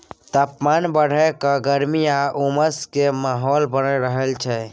तापमान बढ़य पर गर्मी आ उमस के माहौल बनल रहय छइ